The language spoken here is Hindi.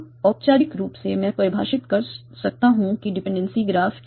अब औपचारिक रूप से मैं परिभाषित कर सकता हूं कि डिपेंडेंसी ग्राफ क्या है